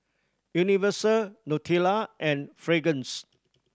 Universal Nutella and Fragrance